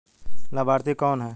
लाभार्थी कौन है?